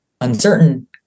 uncertain